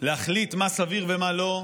להחליט מה סביר ומה לא.